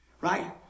Right